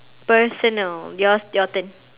personal yours your turn